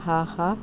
ஆஹா